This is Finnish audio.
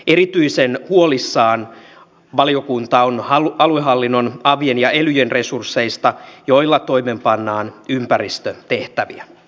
erityisen huolissaan valiokunta on aluehallinnon avien ja elyjen resursseista joilla toimeenpannaan ympäristötehtäviä